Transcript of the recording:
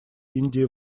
индии